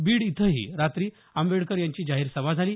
बीड इथंही रात्री आंबेडकर यांची जाहीर सभा झाली